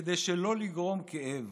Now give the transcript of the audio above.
כדי שלא לגרום כאב,